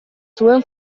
zuen